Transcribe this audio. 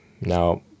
Now